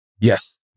Yes